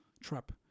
trap